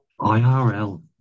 IRL